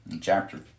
chapter